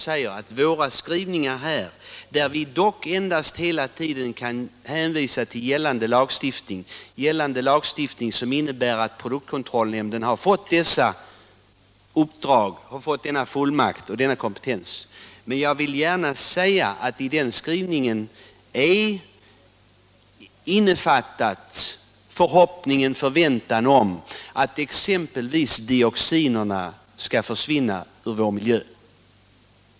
I våra skrivningar har vi hela tiden endast kunnat hänvisa till gällande lagstiftning, som innebär att produktkontrollnämnden har fått denna fullmakt och denna kompetens, men jag vill gärna säga att i den skrivningen är innefattad en förväntan om att exempelvis dioxinerna skall försvinna ur vår miljö.